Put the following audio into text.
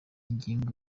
ngingo